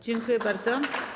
Dziękuję bardzo.